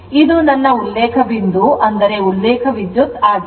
ಇದು ನನ್ನ ಉಲ್ಲೇಖ ಬಿಂದು ಉಲ್ಲೇಖ ವಿದ್ಯುತ್ ಆಗಿದೆ